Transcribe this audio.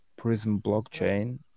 prismblockchain